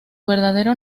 verdadero